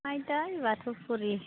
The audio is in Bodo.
आइदै बाथौफुरि